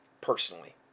personally